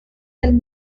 del